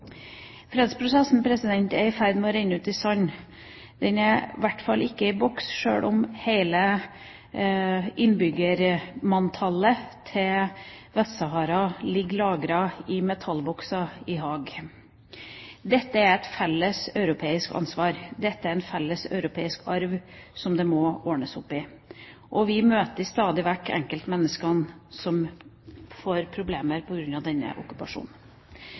er i ferd med å renne ut i sand. Den er i hvert fall ikke i boks, sjøl om hele innbyggermanntallet til Vest-Sahara ligger lagret i metallbokser i Haag. Dette er et felles europeisk ansvar, dette er en felles europeisk arv, som det må ordnes opp i. Vi møter stadig vekk enkeltmenneskene som får problemer på grunn av denne okkupasjonen.